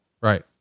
Right